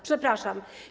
Przepraszam.